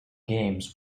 games